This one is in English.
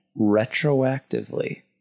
retroactively